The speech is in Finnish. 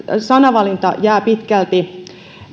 sanavalinta jää pitkälti